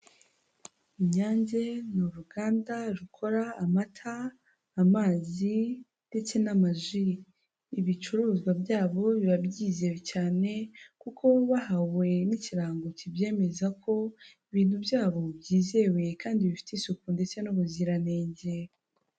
Inyange ni uruganda rukora amata, amazi ndetse n'amaji. Ibicuruzwa byabo, biba byizewe cyane kuko bahawe n'ikirango kibyemeza ko, ibintu byabo byizewe kandi bifite isuku ndetse n'ubuziranenge.